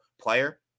player